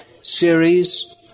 series